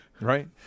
right